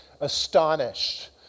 astonished